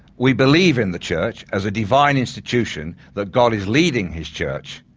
we believe in the church as a divine institution that god is leading his church,